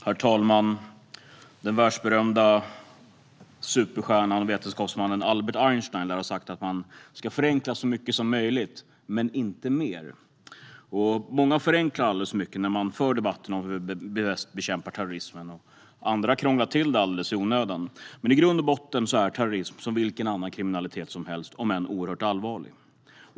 Herr talman! Den världsberömda superstjärnan och vetenskapsmannen Albert Einstein lär ha sagt att man ska förenkla så mycket som möjligt men inte mer. Många förenklar alldeles för mycket när de för debatt om hur vi bäst bekämpar terrorismen. Andra krånglar till det alldeles i onödan. I grund och botten är terrorism som vilken annan kriminalitet som helst, om än oerhört allvarlig.